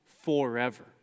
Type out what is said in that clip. forever